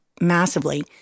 massively